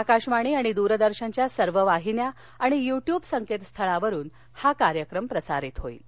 आकाशवाणी आणि दुर्शनच्या सर्व वाहिन्या आणि युट्युब संकेतस्थळावरुन हा कार्यक्रम प्रसारित होईल